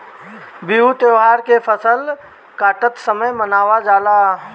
बिहू त्यौहार फसल के काटत समय मनावल जाला